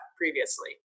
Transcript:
previously